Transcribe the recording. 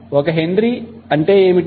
కాబట్టి 1 హెన్రీ అంటే ఏమిటి